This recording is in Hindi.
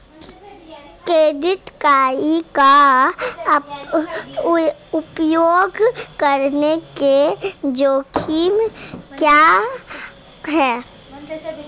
क्रेडिट कार्ड का उपयोग करने के जोखिम क्या हैं?